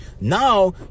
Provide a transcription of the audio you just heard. now